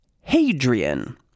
Hadrian